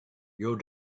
your